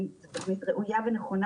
איך אנחנו מבטיחים שיהיה לנו פה מה לאכול,